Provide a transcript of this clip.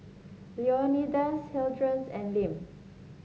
Leonidas Hildred's and Lem